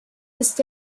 ist